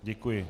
Děkuji.